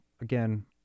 again